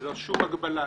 ללא שום הגבלה,